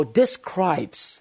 describes